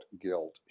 guilt